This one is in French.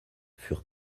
furent